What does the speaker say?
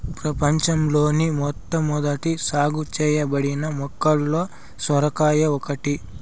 ప్రపంచంలోని మొట్టమొదట సాగు చేయబడిన మొక్కలలో సొరకాయ ఒకటి